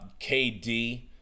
KD